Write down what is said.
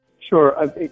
Sure